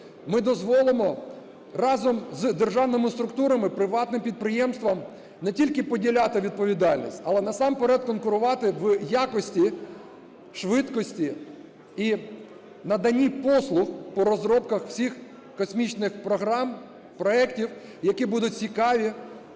Ми дозволимо разом з державними структурами приватним підприємствам не тільки поділяти відповідальність, але насамперед конкурувати в якості, швидкості і наданні послуг по розробках всіх космічних програм, проектів, які будуть цікаві